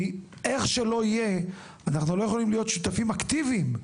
כי איך שלא יהיה אנחנו לא יכולים להיות שותפים אקטיביים.